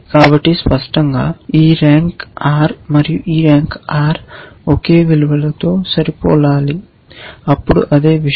కాబట్టి స్పష్టంగా ఈ r మరియు ఈ r ఒకే విలువతో సరిపోలాలి అప్పుడు అదే విషయం